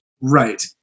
Right